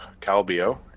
Calbio